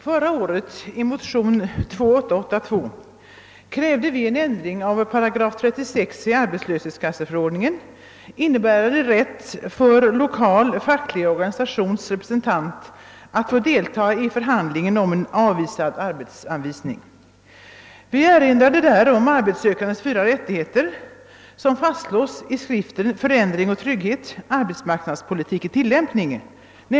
Herr talman! I motionen II: 882 krävde vi förra året en ändring av 36 8 1 arbetslöshetskasseförordningen, innebärande rätt för lokal facklig organisations representant att få delta i förhandlingar om avvisad arbetsanvisning. Vi erinrade där om en arbetssökandes fyra rättigheter, som fastslås i skriften Förändring och trygghet — Arbetspolitik i tillämpning.